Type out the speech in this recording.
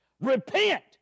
Repent